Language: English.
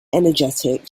energetic